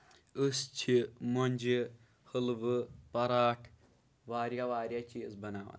أسۍ چھِ مۄنجہِ ہلوٕ پۄراٹ واریاہ واریاہ چیٖز بَناوان